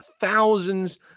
thousands